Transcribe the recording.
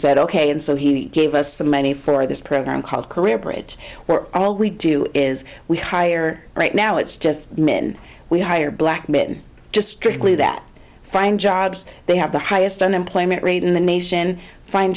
said ok and so he gave us some money for this program called career bridge where all we do is we hire right now it's just men we hire black men just strickly that find jobs they have the highest unemployment rate in the nation find